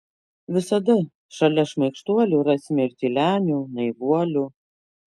visada šalia šmaikštuolių rasime ir tylenių naivuolių